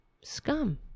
scum